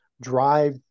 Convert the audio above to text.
drive